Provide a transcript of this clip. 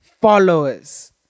followers